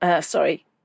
sorry